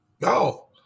No